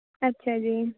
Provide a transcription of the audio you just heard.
ਅੱਛਾ ਜੀ